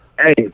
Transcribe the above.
Hey